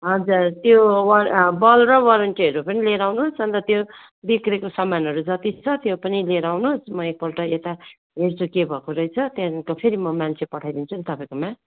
हजुर त्यो व बल्ब र वारेन्टीहरू पनि लिएर आउनुहोस् अन्त त्यो बिग्रेको सामानहरू जति छ त्यो पनि लिएर आउनुहोस् म एकपल्ट यता हेर्छु के भएको रहेछ त्यहाँदेखिको फेरि म मान्छे पठाइदिन्छु नि तपाईँकोमा